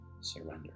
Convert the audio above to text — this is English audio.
surrender